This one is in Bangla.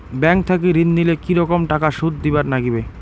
ব্যাংক থাকি ঋণ নিলে কি রকম টাকা সুদ দিবার নাগিবে?